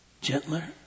gentler